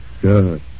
Good